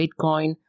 Bitcoin